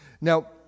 Now